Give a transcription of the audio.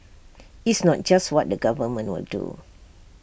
it's not just what the government will do